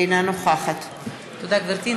אינה נוכחת תודה, גברתי.